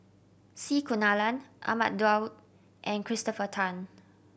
C Kunalan Ahmad Daud and Christopher Tan